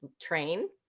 train